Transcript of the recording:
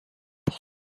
pour